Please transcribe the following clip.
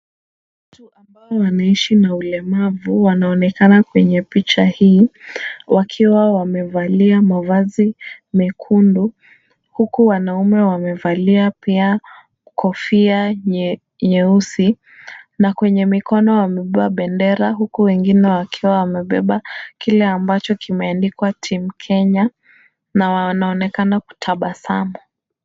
Watu ambao wanaishi na ulemavu wanaonekana kwenye picha hii wakiwa wamevalia mavazi mekundu, huku wanaume wamevalia pia kofia nyeusi na kwenye mikono wamebeba bendera, huku wengine wakiwa wamebeba kile ambacho kimeandikwa, Timu kenya na wanaonekana kutabasamu.